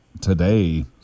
today